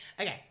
Okay